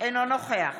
אינו נוכח